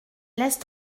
laisse